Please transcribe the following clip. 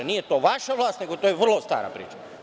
Nije to vaša vlast, to je vrlo stara priča.